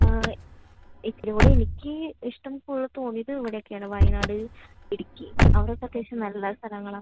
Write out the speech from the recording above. ആ ഇച്ചിരി കൂടി എനിക്ക് ഇഷ്ടം ഫുൾ തോന്നിയത് ഇവിടെയൊക്കെയാണ് വയനാട് ഇടുക്കി അവിടെ ഇപ്പോൾ അത്യാവശ്യം നല്ല സ്ഥലങ്ങളാണ്